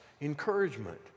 encouragement